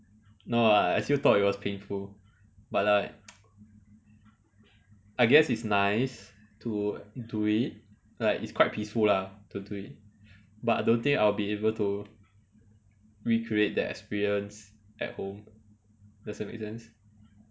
no I still thought it was painful but like I guess it's nice to do it like it's quite peaceful lah to do it but I don't think I'll be able to recreate that experience at home does that make sense